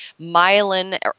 myelin